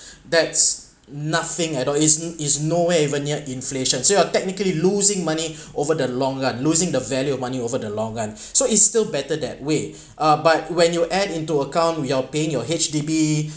that's nothing at all it's it's no way even near inflation so you're technically losing money over the long run losing the value of money over the long run so it's still better that way uh but when you add into account you're paying your H_D_B